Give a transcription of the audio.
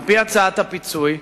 על-פי הצעת הפיצוי,